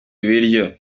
ibiryo